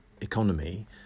economy